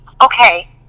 okay